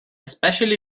especially